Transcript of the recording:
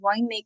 winemaker